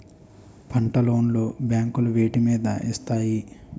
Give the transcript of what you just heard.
పంట లోన్ లు బ్యాంకులు వేటి మీద ఇస్తాయి?